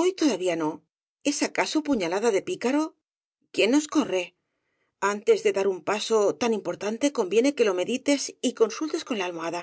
hoy todavía no es acaso puñalada de píca uién nos corre antes de dar un paso tan importante conviene que lo medites y consultes con la almohada